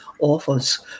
offers